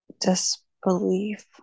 disbelief